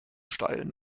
steilen